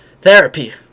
Therapy